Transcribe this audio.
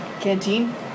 Canteen